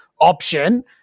Option